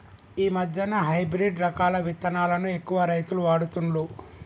ఈ మధ్యన హైబ్రిడ్ రకాల విత్తనాలను ఎక్కువ రైతులు వాడుతుండ్లు